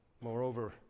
Moreover